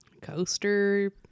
coaster